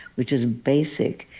which is basic.